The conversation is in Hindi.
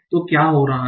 तो क्या हो रहा है